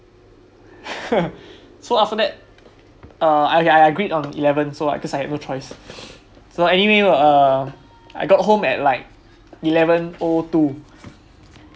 so after that uh I I I agreed on eleven so because I have no choice so anyway uh I got home at like eleven O two